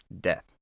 death